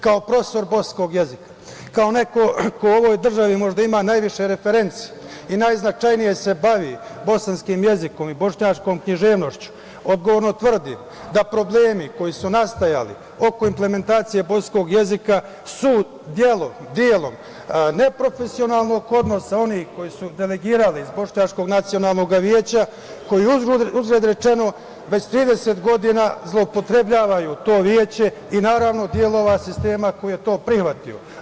Kao profesor bosanskoga jezika kao neko ko u ovoj državi možda ima najviše referenci i najznačajnije se bavi bosanskim jezikom i bošnjačkom književnošću, odgovorno tvrdim da problemi koji su nastajali oko implementacije bosanskog jezika su delom neprofesionalnog odnosa onih koji su delegirali iz Bošnjačkog nacionalnog veća, koji uzgred rečeno, već 30 godina zloupotrebljavaju to veće i, naravno, delova sistema koji je to prihvatio.